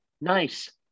Nice